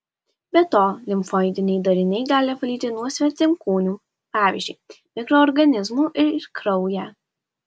be to limfoidiniai dariniai gali apvalyti nuo svetimkūnių pavyzdžiui mikroorganizmų ir kraują